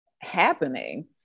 happening